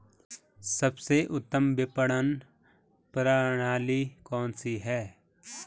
सबसे उत्तम विपणन प्रणाली कौन सी है?